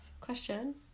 Question